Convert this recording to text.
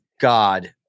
god